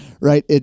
right